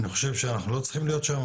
אני חושב שאנחנו לא צריכים להיות שמה,